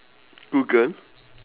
google